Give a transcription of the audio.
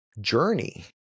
journey